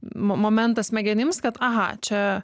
mo momentą smegenims kad aha čia